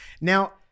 Now